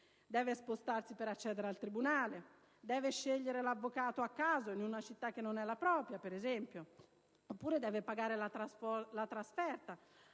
dovrà spostarsi per accedere al tribunale, dovrà scegliere un avvocato a caso in una città che non è la propria, oppure pagare la trasferta